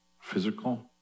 Physical